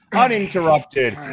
Uninterrupted